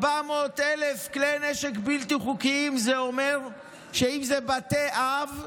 400,000 כלי נשק בלתי חוקיים זה אומר שאם זה בתי אב,